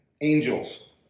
angels